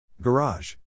Garage